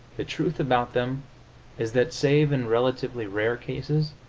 the truth about them is that, save in relatively rare cases,